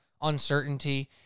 uncertainty